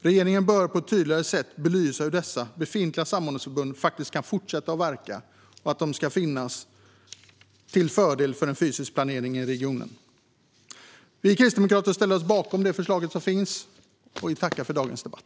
Regeringen bör på ett tydligare sätt belysa hur dessa befintliga samordningsförbund kan fortsätta att verka till fördel för den fysiska planeringen i regionen. Vi kristdemokrater ställer oss bakom utskottets förslag.